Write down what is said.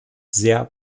sehr